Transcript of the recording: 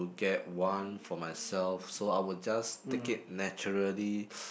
get one for myself so I will just take it naturally